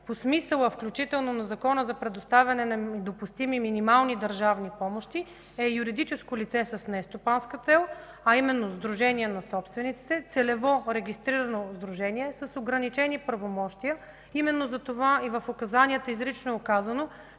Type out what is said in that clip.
по смисъла, включително на Закона за предоставяне на допустими минимални държавни помощи, е юридическо лице с нестопанска цел, а именно Сдружение на собствениците, целево регистрирано сдружение с ограничени правомощия, именно затова и в указанията изрично е казано,